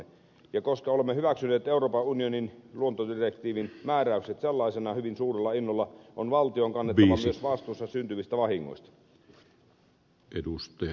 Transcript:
ja koska olemme hyväksyneet euroopan unionin luontodirektiivin määräykset sellaisenaan hyvin suurella innolla on valtion kannettava myös vastuunsa syntyvistä vahingoista